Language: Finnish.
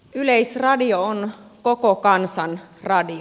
yleisradio on koko kansan radio